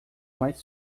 mais